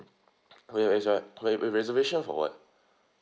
wait is like re~ reservation for what